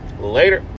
Later